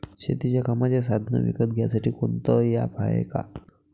शेतीच्या कामाचे साधनं विकत घ्यासाठी कोनतं ॲप हाये का?